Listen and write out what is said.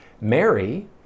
Mary